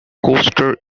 coaster